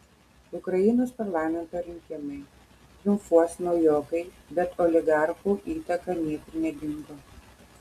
ukrainos parlamento rinkimai triumfuos naujokai bet oligarchų įtaka niekur nedingo